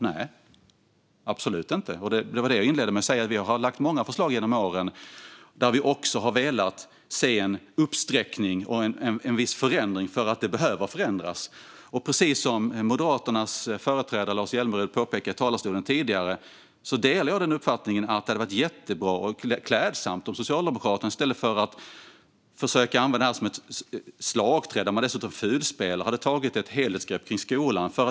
Nej, absolut inte. Jag inledde med att säga att vi har lagt fram många förslag genom åren där vi också har velat se en uppsträckning och en viss förändring, för det behövs förändring. Jag håller med om det som Moderaternas företrädare Lars Hjälmered påpekade i talarstolen tidigare och delar uppfattningen att det hade varit jättebra och klädsamt om Socialdemokraterna i stället för att försöka använda detta som ett slagträ och dessutom fulspela hade tagit ett helhetsgrepp om skolan.